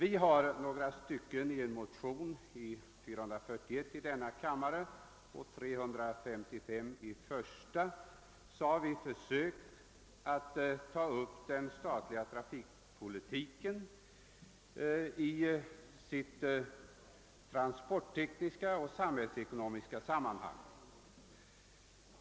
I de likalydande motionerna I: 355 och II: 441 har vi försökt ta upp den statliga trafikpolitiken i hela dess transporttekniska och samhällsekonomiska sammanhang.